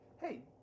Hey